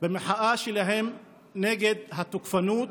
במחאה שלהם נגד התוקפנות,